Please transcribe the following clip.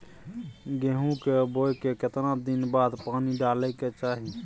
गेहूं के बोय के केतना दिन बाद पानी डालय के चाही?